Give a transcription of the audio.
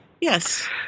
Yes